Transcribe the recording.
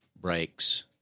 breaks